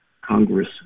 Congress